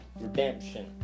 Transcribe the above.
redemption